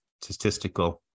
statistical